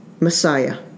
Messiah